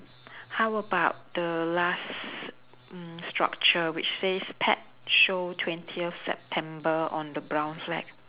how about the last mm structure which says pet show twentieth september on the brown flag